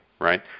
Right